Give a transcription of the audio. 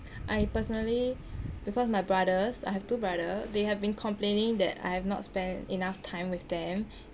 I personally because my brothers I have two brother they have been complaining that I have not spend enough time with them